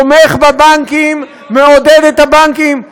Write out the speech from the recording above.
תומכים בבנקים, מעודדים את הבנקים.